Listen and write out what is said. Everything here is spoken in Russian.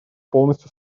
полностью